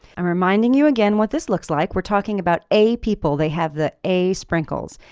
i'm reminding you again what this looks like. we're talking about a people, they have the a sprinkles.